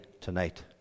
tonight